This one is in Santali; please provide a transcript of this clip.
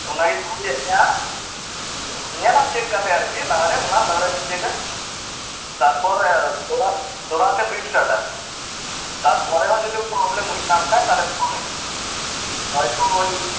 ᱛᱚ ᱚᱱᱟᱜᱮᱧ ᱠᱩᱞᱤᱭᱮᱫ ᱢᱮᱭᱟ ᱧᱮᱞᱟᱢ ᱪᱮᱠ ᱠᱟᱛᱮ ᱟᱨᱠᱤ ᱞᱟᱦᱟ ᱨᱮ ᱚᱱᱟ ᱞᱟᱦᱟᱨᱮᱢ ᱪᱮᱠᱟ ᱛᱟᱯᱚᱨᱮ ᱫᱚᱲᱦᱟ ᱫᱚᱨᱦᱟᱛᱮᱢ ᱨᱤᱥᱴᱟᱴᱟ ᱛᱟᱨᱯᱚᱨᱮ ᱦᱚᱸ ᱡᱩᱫᱤ ᱯᱚᱨᱚᱵᱮᱞᱮᱢ ᱦᱩᱭᱩᱜ ᱛᱟᱢ ᱠᱷᱟᱡ ᱛᱟᱦᱚᱞᱮᱢ ᱯᱷᱳᱱ ᱟᱹᱧᱟᱹ ᱦᱳᱭᱛᱚᱭ